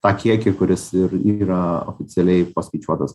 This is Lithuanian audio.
tą kiekį kuris ir yra oficialiai paskaičiuotas